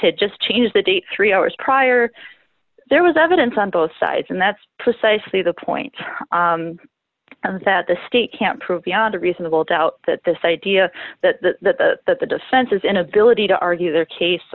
it just changed the day three hours prior there was evidence on both sides and that's precisely the point that the state can't prove beyond a reasonable doubt that this idea that the that the defense is inability to argue their case